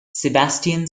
sebastian